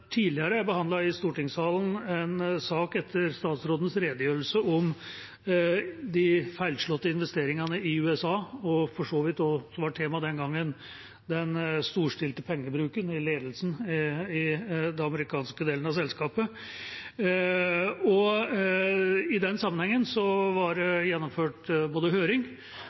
Tidligere behandlet vi i stortingssalen en sak etter statsrådens redegjørelse om de feilslåtte investeringene i USA og for så vidt også det som var tema den gangen, den storstilte pengebruken i ledelsen i den amerikanske delen av selskapet. I den sammenhengen ble det både gjennomført høring